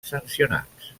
sancionats